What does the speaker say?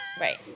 Right